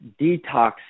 detox